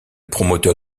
promoteur